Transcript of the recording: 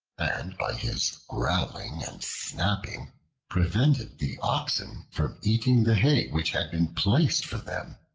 and by his growling and snapping prevented the oxen from eating the hay which had been placed for them.